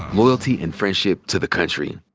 loyalty and friendship to the country.